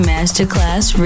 Masterclass